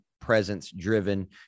presence-driven